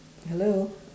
hello